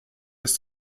ist